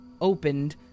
opened